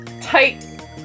tight